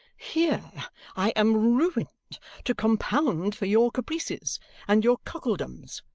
here i am ruined to compound for your caprices and your cuckoldoms.